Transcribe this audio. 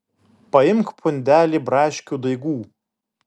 paimk pundelį braškių daigų